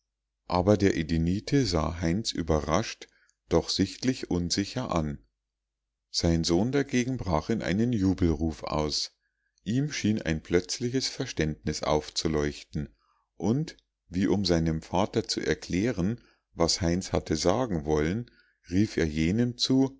aber der edenite sah heinz überrascht doch sichtlich unsicher an sein sohn dagegen brach in einen jubelruf aus ihm schien ein plötzliches verständnis aufzuleuchten und wie um seinem vater zu erklären was heinz hatte sagen wollen rief er jenem zu